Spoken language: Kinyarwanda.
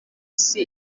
isi